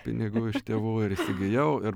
pinigų iš tėvų ir įsigijau ir